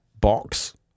box